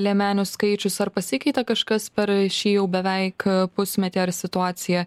liemenių skaičius ar pasikeitė kažkas per šį jau beveik pusmetį ar situacija